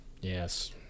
Yes